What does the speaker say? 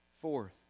Fourth